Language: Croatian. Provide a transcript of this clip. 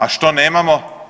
A što nemamo?